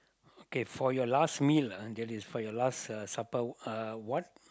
okay for your last meal ah that is for your last uh supper uh what